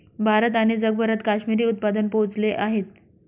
भारत आणि जगभरात काश्मिरी उत्पादन पोहोचले आहेत